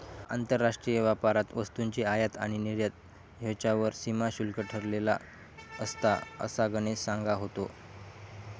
आंतरराष्ट्रीय व्यापारात वस्तूंची आयात आणि निर्यात ह्येच्यावर सीमा शुल्क ठरवलेला असता, असा गणेश सांगा होतो